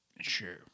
Sure